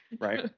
right